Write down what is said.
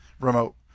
remote